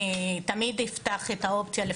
אני תמיד אפתח את האופציה.